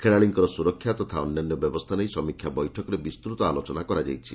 ଖେଳାଳିଙ୍କର ସୁରକ୍ଷା ତଥା ଅନ୍ୟାନ୍ୟ ବ୍ୟବସ୍କା ନେଇ ସମୀକ୍ଷା ବୈଠକରେ ବିସ୍ତୃତ ଆଲୋଚନା କରାଯାଇଛି